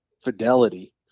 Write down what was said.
fidelity